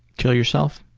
kill yourself?